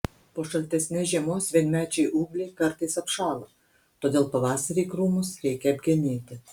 po šaltesnės žiemos vienmečiai ūgliai kartais apšąla todėl pavasarį krūmus reikia apgenėti